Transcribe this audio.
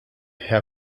herr